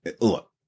Look